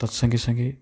ତତ୍ ସଙ୍ଗେସଙ୍ଗେ